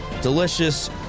Delicious